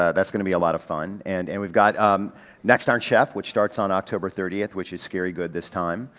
ah that's gonna be a lot of fun. and and we've got um next iron chef, which starts on october thirtieth, which is scary good this time.